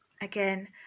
again